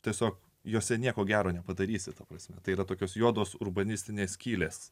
tiesiog jose nieko gero nepadarysi ta prasme tai yra tokios juodos urbanistinės skylės